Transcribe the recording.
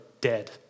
dead